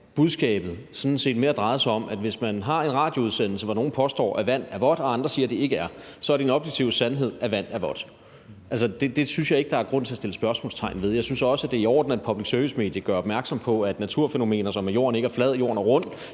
at budskabet sådan set mere drejede sig om, at hvis man har en radioudsendelse, hvor nogle påstår, at vand er vådt, og andre siger, det ikke er, så er det en objektiv sandhed, at vand er vådt. Altså, det synes jeg ikke der er grund til at sætte spørgsmålstegn ved. Jeg synes også, det er i orden, at et public service-medie gør opmærksom på, at naturfænomener, som at jorden ikke er flad, jorden er rund,